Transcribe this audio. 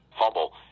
fumble